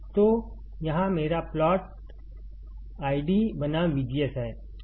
तो यहाँ मेरा प्लॉट ID बनाम VGS है